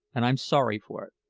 and i'm sorry for it.